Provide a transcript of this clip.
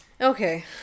okay